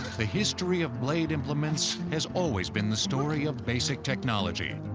the history of blade implements has always been the story of basic technology.